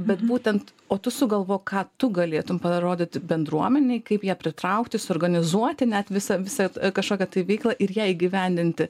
bet būtent o tu sugalvok ką tu galėtum parodyt bendruomenei kaip ją pritraukti suorganizuoti net visą visą kažkokią tai veiklą ir ją įgyvendinti